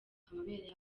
amabere